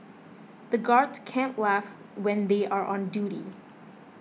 the guards can't laugh when they are on duty